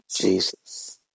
Jesus